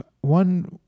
one